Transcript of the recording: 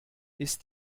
ist